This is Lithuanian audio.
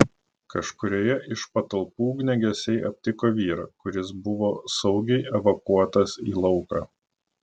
kažkurioje iš patalpų ugniagesiai aptiko vyrą kuris buvo saugiai evakuotas į lauką